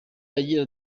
agira